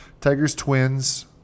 Tigers-Twins